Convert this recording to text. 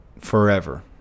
forever